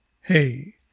Hey